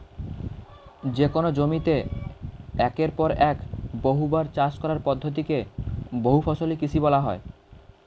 যেকোন জমিতে একের পর এক বহুবার চাষ করার পদ্ধতি কে বহুফসলি কৃষি বলা হয়